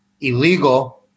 illegal